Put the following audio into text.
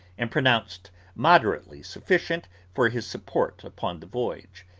and pronounced moderately sufficient for his support upon the voyage.